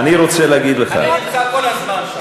אני רוצה להגיד לך, אני נמצא כל הזמן שם.